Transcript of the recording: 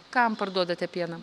kam parduodate pieną